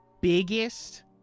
biggest